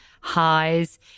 highs